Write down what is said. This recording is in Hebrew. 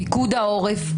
פיקוד העורף,